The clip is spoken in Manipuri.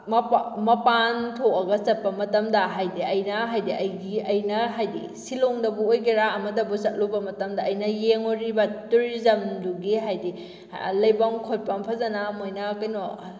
ꯃꯄꯥꯟ ꯊꯣꯛꯑꯒ ꯆꯠꯄ ꯃꯇꯝꯗ ꯍꯥꯏꯗꯤ ꯑꯩꯅ ꯍꯥꯏꯗꯤ ꯑꯩꯒꯤ ꯑꯩꯅ ꯍꯥꯏꯗꯤ ꯁꯤꯂꯣꯡꯗꯕꯨ ꯑꯣꯏꯒꯦꯔꯥ ꯑꯃꯗꯕꯨ ꯆꯠꯂꯨꯕ ꯃꯇꯝꯗ ꯑꯩꯅ ꯌꯦꯡꯉꯨꯔꯤꯕ ꯇꯨꯔꯤꯖꯝꯗꯨꯒꯤ ꯍꯥꯏꯗꯤ ꯂꯩꯐꯝ ꯈꯣꯠꯐꯝ ꯐꯖꯅ ꯃꯣꯏꯅ ꯀꯩꯅꯣ